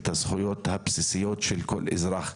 את הזכויות הבסיסיות של כל אזרח.